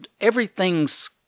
everything's